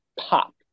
pop